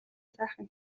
сайхан